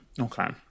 Okay